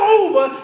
over